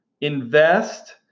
invest